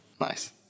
nice